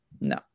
No